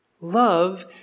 Love